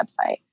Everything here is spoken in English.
website